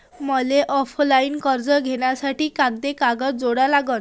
मले ऑफलाईन कर्ज घ्यासाठी कोंते कागद जोडा लागन?